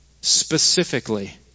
specifically